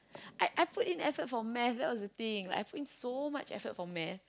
I I put in effort for math that was the thing like I put in so much effort for math